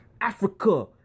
Africa